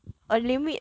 a limit